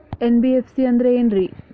NBFC ಅಂದ್ರ ಏನ್ರೀ?